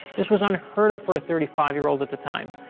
this was unheard of for a thirty five year old at the time,